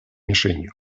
мишенью